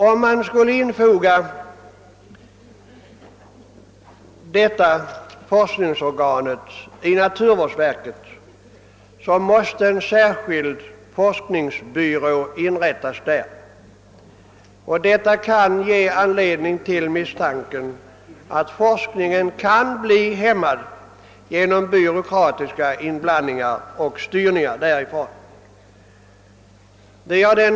Om detta forskningsorgan skulle infogas i naturvårdsverket måste en särskild forskningsbyrå inrättas där, vilket skulle ge anledning till misstanken att forskningen kan komma att bli häm ar och styrningar från detta verk.